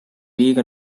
liiga